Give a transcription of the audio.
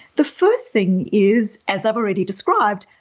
the first thing is, as i've already described,